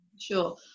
Sure